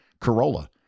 Corolla